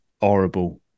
horrible